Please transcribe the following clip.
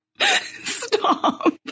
stop